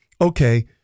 okay